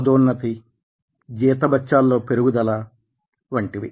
పదోన్నతి జీత బత్యాల లో పెరుగుదల వంటివి